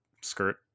skirt